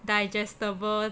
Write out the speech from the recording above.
digestible